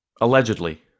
allegedly